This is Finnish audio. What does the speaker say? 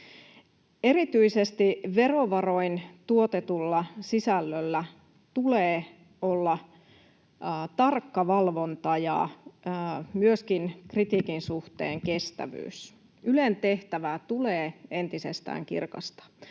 Erityisesti verovaroin tuotetulla sisällöllä tulee olla tarkka valvonta ja myöskin kritiikin suhteen kestävyys. Ylen tehtävää tulee entisestään kirkastaa.